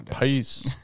Peace